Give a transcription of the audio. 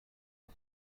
هفت